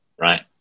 right